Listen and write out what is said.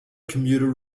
commuter